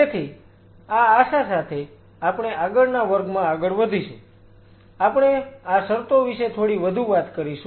તેથી આ આશા સાથે આપણે આગળના વર્ગમાં આગળ વધીશું આપણે આ શરતો વિશે થોડી વધુ વાત કરીશું